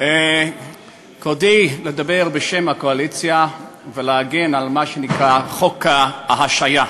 כבודי לדבר בשם הקואליציה ולהגן על מה שנקרא חוק ההשעיה.